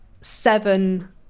seven